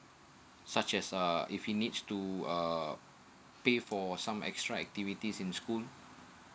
such as uh if he needs to uh pay for some extra activities in school